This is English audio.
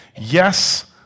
Yes